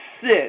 sit